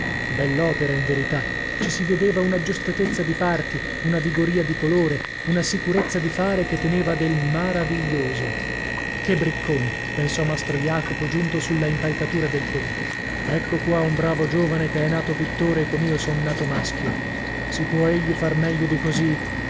donato bell'opera in verità ci si vedeva un'aggiustatezza di parti una vigoria di colore una sicurezza di fare che teneva del maraviglioso che bricconi pensò mastro jacopo giunto sulla impalcatura del ponte ecco qua un bravo giovane che è nato pittore com'io son nato maschio si può egli far meglio di così